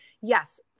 yes